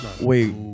Wait